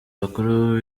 bakuru